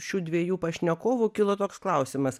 šių dviejų pašnekovų kilo toks klausimas